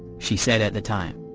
she said at the time.